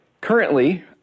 Currently